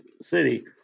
city